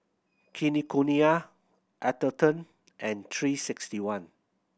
Kinokuniya Atherton and three sixty one